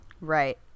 right